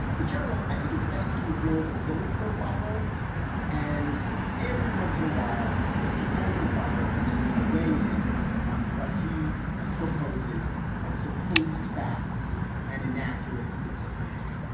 in general, i think it's best to ignore the silly kerfuffles and every once in a while to hold your fire until you weigh in on what he proposes as supposed facts and inaccurate statistics.